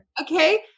Okay